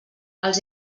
els